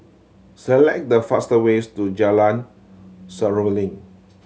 select the fast ways to Jalan Seruling